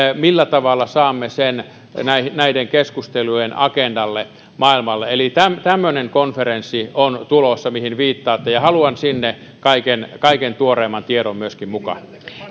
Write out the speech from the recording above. millä tavalla saamme sen näiden näiden keskustelujen agendalle maailmalla eli tämmöinen konferenssi on tulossa mihin viittaatte ja haluan sinne kaiken kaiken tuoreimman tiedon myöskin mukaan